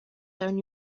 down